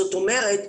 זאת אומרת,